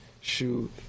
Shoot